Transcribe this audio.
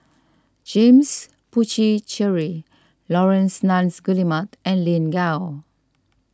James Puthucheary Laurence Nunns Guillemard and Lin Gao